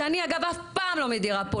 שאני אגב אף פעם לא מדירה פה,